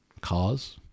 cars